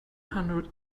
hundred